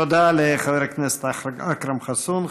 תודה לחבר הכנסת אכרם חסון.